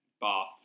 Bath